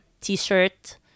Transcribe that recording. T-shirt